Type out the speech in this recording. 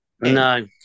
No